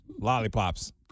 lollipops